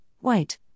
White